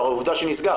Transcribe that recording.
הרי עובדה שהוא נסגר,